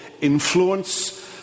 influence